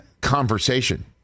conversation